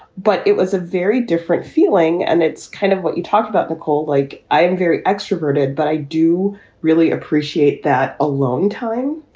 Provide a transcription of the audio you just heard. but it was a very different feeling. and it's kind of what you talked about, nicole. like, i am very extroverted, but i do really appreciate that a long time.